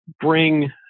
bring